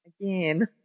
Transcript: again